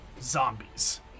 zombies